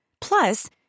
Plus